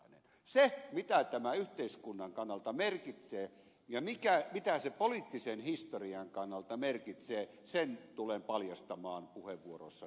sen mitä tämä yhteiskunnan kannalta merkitsee ja mitä se poliittisen historian kannalta merkitsee tulen paljastamaan puheenvuorossani kohta